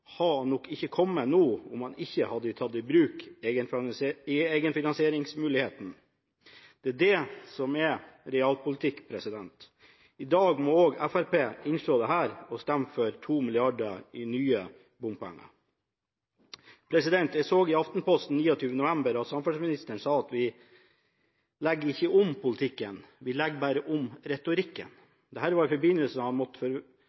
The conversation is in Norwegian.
hadde nok ikke kommet nå om man ikke hadde tatt i bruk egenfinansieringsmuligheten. Det er det som er realpolitikk. I dag må også Fremskrittspartiet innse dette, og stemme for 2 mrd. kr i nye bompenger. Jeg så i Aftenposten 29. november at samferdselsministeren sa: «Vi legger ikke om politikken. Vi legger om retorikken.» Dette var i forbindelse med at han måtte